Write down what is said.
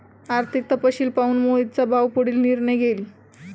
आर्थिक तपशील पाहून मोहितचा भाऊ पुढील निर्णय घेईल